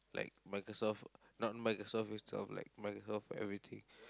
like Microsoft not Microsoft those type of like Microsoft everything